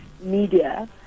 media